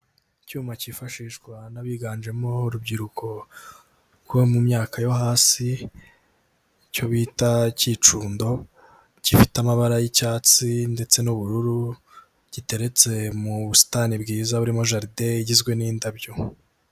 Icyuma cyifashishwa n'abiganjemo urubyiruko rwo mu myaka yo hasi, icyo bita ikicundo gifite amabara y'icyatsi ndetse n'ubururu giteretse mu busitani bwiza burimo jaride igizwe n'indabyo.